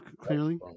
clearly